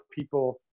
people